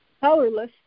powerless